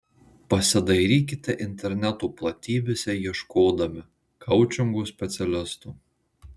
pasidairykite interneto platybėse ieškodami koučingo specialisto